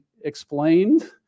explained